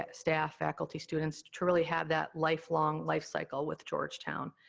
ah staff, faculty, students, to really have that life-long life cycle with georgetown.